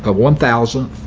ah one thousand